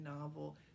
novel